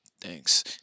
Thanks